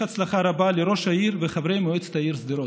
הצלחה רבה לראש העיר ולחברי מועצת העיר שדרות.